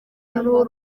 n’uruhu